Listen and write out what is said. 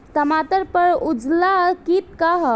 टमाटर पर उजला किट का है?